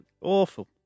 awful